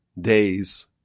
days